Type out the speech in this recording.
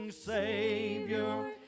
Savior